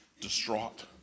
distraught